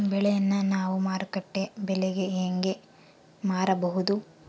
ಬೆಳೆಯನ್ನ ನಾವು ಮಾರುಕಟ್ಟೆ ಬೆಲೆಗೆ ಹೆಂಗೆ ಮಾರಬಹುದು?